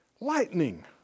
lightning